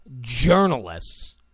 journalists